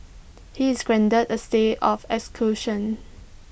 he is granted A stay of execution